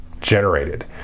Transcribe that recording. generated